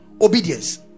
obedience